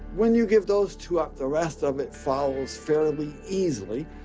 when you give those two up, the rest of it follows fairly easily.